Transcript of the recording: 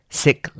sick